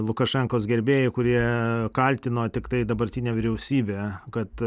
lukašenkos gerbėjai kurie kaltino tiktai dabartinę vyriausybę kad